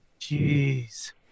Jeez